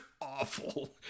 awful